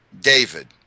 David